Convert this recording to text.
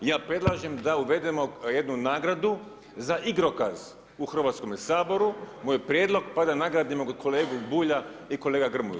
I ja predlažem da uvedemo jednu nagradu za igrokaz u Hrvatskome saboru moj prijedlog pa da nagradimo kolegu Bulja i kolegu Grmoju.